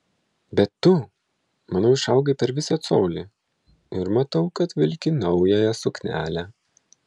bet tu manau išaugai per visą colį ir matau kad vilki naująja suknele